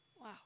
Wow